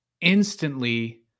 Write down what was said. instantly